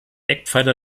eckpfeiler